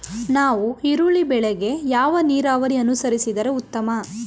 ನಾವು ಈರುಳ್ಳಿ ಬೆಳೆಗೆ ಯಾವ ನೀರಾವರಿ ಅನುಸರಿಸಿದರೆ ಉತ್ತಮ?